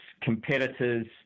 competitors